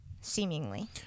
seemingly